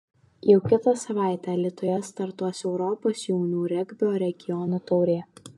jau kitą savaitę alytuje startuos europos jaunių regbio regionų taurė